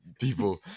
people